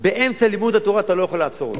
באמצע לימוד התורה, אתה לא יכול לעצור אותם.